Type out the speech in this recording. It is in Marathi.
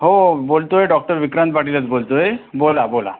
हो बोलतो आहे डॉक्टर विक्रांत पाटीलच बोलतो आहे बोला बोला